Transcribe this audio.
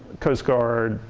coast guard,